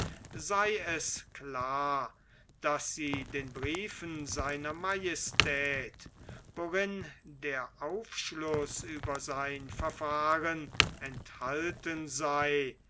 sei es klar daß sie den briefen sr majestät worin der aufschluß über sein verfahren enthalten sei